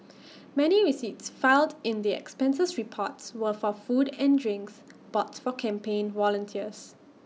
many receipts filed in the expenses reports were for food and drinks bought for campaign volunteers